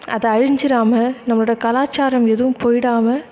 அது அழிஞ்சிறாமல் நம்மளோடய கலாச்சாரம் எதுவும் போய்டாமல்